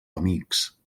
amics